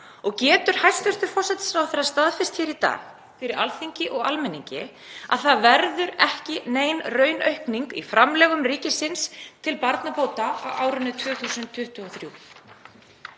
Getur hæstv. forsætisráðherra staðfest hér í dag, fyrir Alþingi og almenningi, að það verði ekki nein raunaukning í framlögum ríkisins til barnabóta á árinu 2023?